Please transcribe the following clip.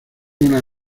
una